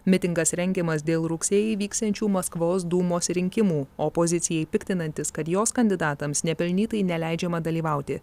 mitingas rengiamas dėl rugsėjį vyksiančių maskvos dūmos rinkimų opozicijai piktinantis kad jos kandidatams nepelnytai neleidžiama dalyvauti